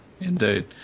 indeed